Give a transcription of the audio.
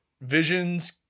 Vision's